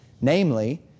Namely